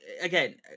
Again